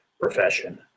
profession